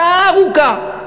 שעה ארוכה.